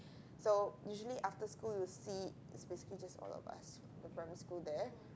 so usually after school you'll see basically just all of us the primary school there